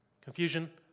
Confusion